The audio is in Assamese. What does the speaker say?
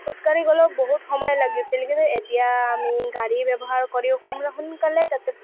খোজকাঢ়ি গ'লেও বহুত সময় লাগিছিল কিন্তু এতিয়া আমি গাড়ী ব্যৱহাৰ কৰি সোনকালে তাতে